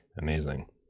Amazing